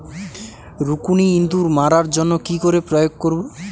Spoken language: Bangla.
রুকুনি ইঁদুর মারার জন্য কি করে প্রয়োগ করব?